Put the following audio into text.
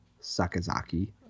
Sakazaki